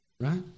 Right